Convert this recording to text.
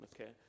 okay